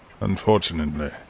Unfortunately